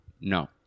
no